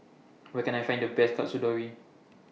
Where Can I Find The Best Katsudon